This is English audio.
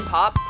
Pop